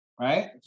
right